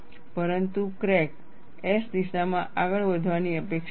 પરંતુ crack S દિશામાં આગળ વધવાની અપેક્ષા છે